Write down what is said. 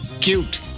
cute